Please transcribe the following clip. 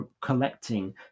collecting